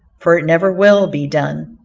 for it never will be done.